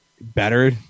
Better